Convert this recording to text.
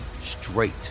straight